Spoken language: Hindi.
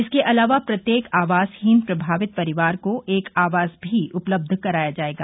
इसके अलावा प्रत्येक आवासहीन प्रभावित परिवार को एक आवास भी उपलब्ध करवाया जायेगा